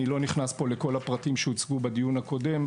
אני לא נכנס פה לכל הפרטים שהוצגו בדיון הקודם,